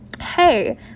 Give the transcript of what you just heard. Hey